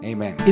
Amen